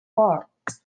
parks